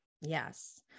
Yes